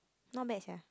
not bad sia